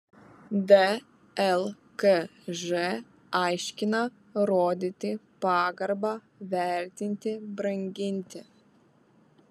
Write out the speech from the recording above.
dlkž aiškina rodyti pagarbą vertinti branginti